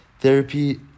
therapy